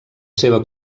seva